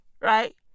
Right